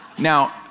Now